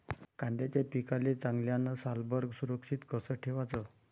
कांद्याच्या पिकाले चांगल्यानं सालभर सुरक्षित कस ठेवाचं?